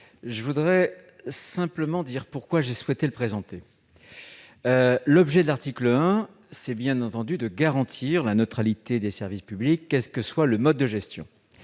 Je voudrais donc simplement expliquer pourquoi j'ai souhaité le présenter. L'objet de l'article 1 de ce texte est bien entendu de garantir la neutralité des services publics, quel qu'en soit le mode de gestion.